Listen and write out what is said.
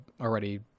already